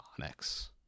Onyx